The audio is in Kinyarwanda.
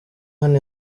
hano